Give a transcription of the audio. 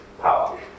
power